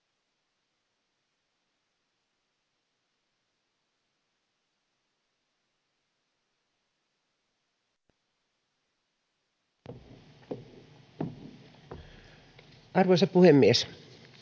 arvoisa puhemies